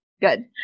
Good